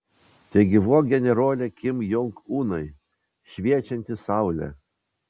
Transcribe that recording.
tegyvuok generole kim jong unai šviečianti saule